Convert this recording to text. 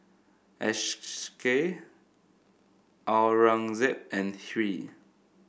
Aurangzeb and Hri